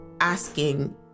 asking